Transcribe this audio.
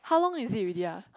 how long is it already ah